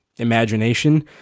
imagination